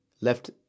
left